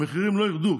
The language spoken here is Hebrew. המחירים לא ירדו.